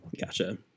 Gotcha